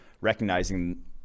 recognizing